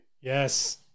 Yes